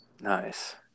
Nice